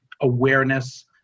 awareness